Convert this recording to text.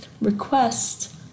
request